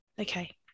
okay